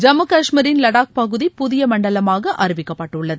ஜம்மு காஷ்மீரின் லடாக் பகுதி புதிய மண்டலமாக அறிவிக்கப்பட்டுள்ளது